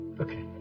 Okay